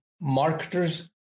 marketers